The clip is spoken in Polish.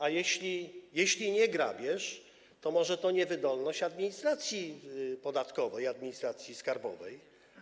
A jeśli nie grabież, to może to niewydolność administracji podatkowej, administracji skarbowej?